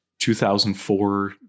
2004